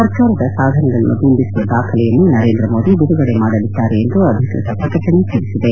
ಸರ್ಕಾರದ ಸಾಧನೆಗಳನ್ನು ಬಂಬಿಸುವ ದಾಖಲೆಯನ್ನು ನರೇಂದ್ರ ಮೋದಿ ಬಿಡುಗಡೆ ಮಾಡಲಿದ್ದಾರೆ ಎಂದು ಅಧಿಕೃತ ಪ್ರಕಟಣೆ ತಿಳಿಸಿದೆ